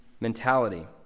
mentality